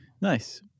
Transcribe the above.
Nice